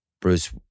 Bruce